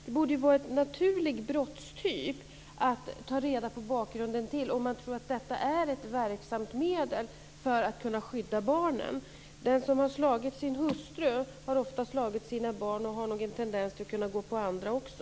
Det borde vara en naturlig brottstyp att titta på om man tror att detta är ett verksamt medel för att kunna skydda barnen. Den som har slagit sin hustru har ofta slagit sina barn och har nog en tendens att kunna gå på andra också.